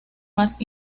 más